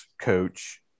coach